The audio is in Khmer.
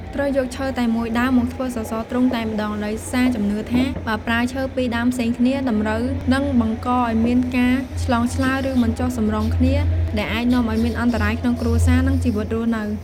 ត្រូវយកឈើតែមួយដើមមកធ្វើសសរទ្រូង តែម្ដង ដោយសារជំនឿថា បើប្រើឈើពីរដើមផ្សេងគ្នា តម្រូវនឹងបង្កឲ្យមានការឆ្លងឆ្លើយ ឬមិនចុះសម្រុងគ្នា ដែលអាចនាំឲ្យមានអន្តរាយក្នុងគ្រួសារ និងជីវិតរស់នៅ។